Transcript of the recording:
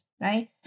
right